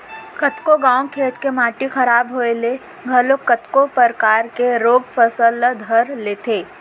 कतको घांव खेत के माटी खराब होय ले घलोक कतको परकार के रोग फसल ल धर लेथे